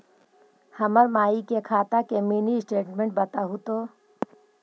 हमर माई के खाता के मीनी स्टेटमेंट बतहु तो?